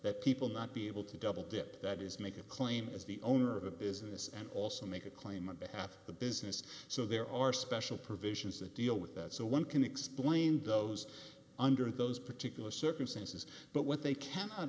that people not be able to double dip that is make a claim as the owner of a business and also make a claim on behalf of the business so there are special provisions that deal with that so one can explain those under those particular circumstances but what they cannot